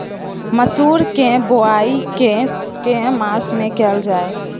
मसूर केँ बोवाई केँ के मास मे कैल जाए?